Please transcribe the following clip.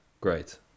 Great